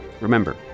remember